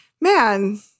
man